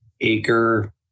acre